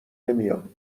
نمیام